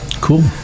Cool